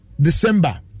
December